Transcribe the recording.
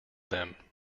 them